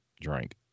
drink